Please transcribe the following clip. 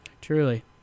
Truly